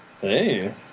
Hey